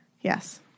Yes